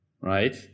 right